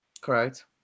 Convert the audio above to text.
Correct